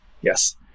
yes